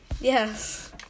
Yes